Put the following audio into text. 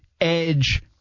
edge